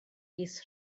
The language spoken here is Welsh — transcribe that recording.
mis